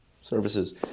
services